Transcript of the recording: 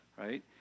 right